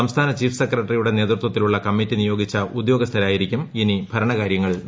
സംസ്ഥാന ചീഫ് സെക്രട്ടറിയുടെ നേതൃത്വത്തിലുള്ള കമ്മിറ്റി നിയോഗിച്ച ഉദ്യോഗസ്ഥരായിരിക്കും ഇനി ഭരണ കാര്യങ്ങൾ നിർവഹിക്കുക